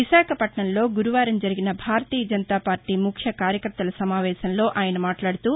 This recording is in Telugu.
విశాఖపట్నంలో గురువారం జరిగిన భారతీయ జనతాపార్టీ ముఖ్య కార్యకర్తల సమావేశంలో ఆయన మాట్లాడుతూ